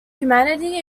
humanity